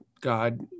God